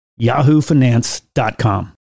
yahoofinance.com